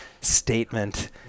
statement